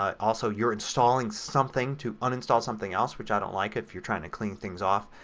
also you're installing something to uninstall something else which i don't like if you're trying to clean things off.